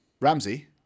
Ramsey